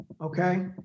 Okay